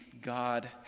God